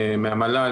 מהמל"ל,